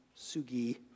Sugi